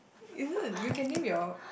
isn't you can name your